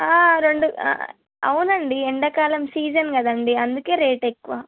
రెండు అవునండి ఎండాకాలం సీజన్ కదండి అందుకని రేటు ఎక్కువ